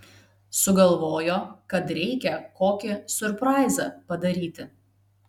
sugalvojo kad reikia kokį siurpraizą padaryti